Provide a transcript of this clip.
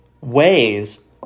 Ways